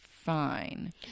fine